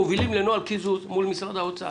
מובילים לנוהל קיזוז מול משרד האוצר.